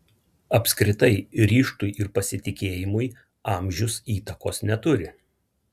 apskritai ryžtui ir pasitikėjimui amžius įtakos neturi